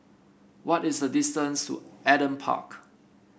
what is the distance to Adam Park